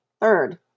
Third